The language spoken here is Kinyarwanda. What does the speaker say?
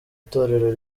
itorero